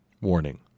Warning